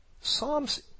Psalms